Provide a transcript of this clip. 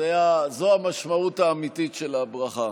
זו המשמעות האמיתית של הברכה.